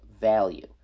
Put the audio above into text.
value